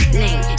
name